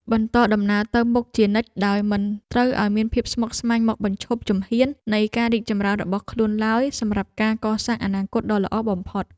បន្តដំណើរទៅមុខជានិច្ចដោយមិនត្រូវឱ្យភាពស្មុគស្មាញមកបញ្ឈប់ជំហាននៃការរីកចម្រើនរបស់ខ្លួនឡើយសម្រាប់ការកសាងអនាគតដ៏ល្អបំផុត។